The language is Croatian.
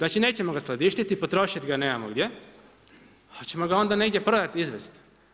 Znači nećemo ga skladištiti, potrošit ga nemamo gdje, pa ćemo ga onda negdje prodat, izvest.